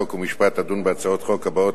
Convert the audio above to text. חוק ומשפט תדון בהצעות החוק הבאות,